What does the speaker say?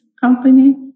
company